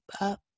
up